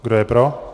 Kdo je pro?